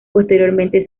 posteriormente